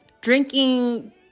drinking